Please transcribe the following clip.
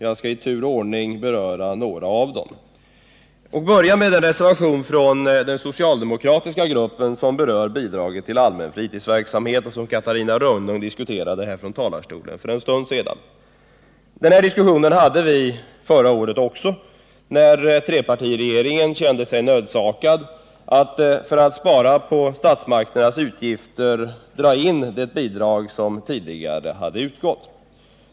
Jag skall i tur och ordning beröra några av dem, och jag vill börja med en reservation från den socialdemokratiska gruppen som behandlar bidraget till allmän fritidsverksamhet och som Catarina Rönnung diskuterade här ifrån talarstolen för en stund sedan. Vi hade den här diskussionen även förra året, när trepartiregeringen kände sig nödsakad att för att spara på statsmakternas utgifter dra in det bidrag som tidigare hade utgått.